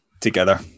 together